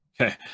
Okay